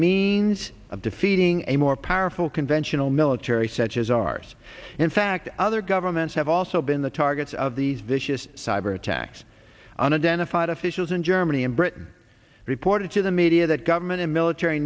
means of defeating a more powerful conventional military such as ours in fact other governments have also been the targets of these vicious cyber attacks on a den of fide officials in germany in britain reported to the media that government and military